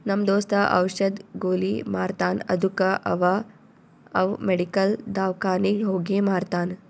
ನಮ್ ದೋಸ್ತ ಔಷದ್, ಗೊಲಿ ಮಾರ್ತಾನ್ ಅದ್ದುಕ ಅವಾ ಅವ್ ಮೆಡಿಕಲ್, ದವ್ಕಾನಿಗ್ ಹೋಗಿ ಮಾರ್ತಾನ್